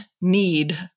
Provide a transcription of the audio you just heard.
need